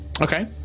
okay